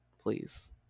please